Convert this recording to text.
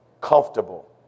comfortable